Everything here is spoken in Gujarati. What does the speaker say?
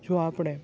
શું આપણે